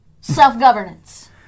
self-governance